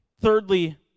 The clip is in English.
Thirdly